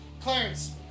Clarence